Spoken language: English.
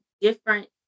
different